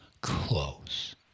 close